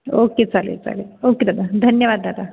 okay चालेल चालेल okay दादा धन्यवाद दादा